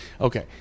Okay